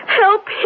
Help